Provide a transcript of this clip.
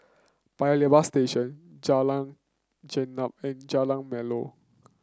Paya Lebar Station Jalan Gelam and Jalan Melor